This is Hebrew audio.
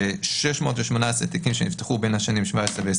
ב-618 תיקים שנפתחו בין השנים 2020-2017